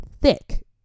thick